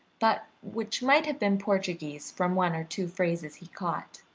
but which might have been portuguese from one or two phrases he caught.